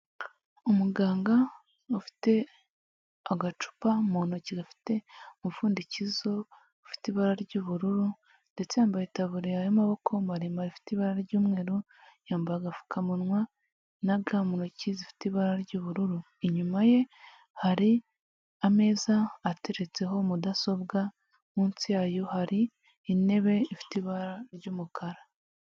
Umuganga ufite agacupa mu ntoki gafite umupfundikizo ufite ibara ry'ubururu ndetse yambaye itaburiya y'amaboko maremare ifite ibara ry'umweru, yambaye agapfukamunwa na ga mu ntoki zifite ibara ry'ubururu, inyuma ye hari ameza ateretseho mudasobwa munsi yayo hari intebe ifite ibara ry'umukara.